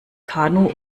kanu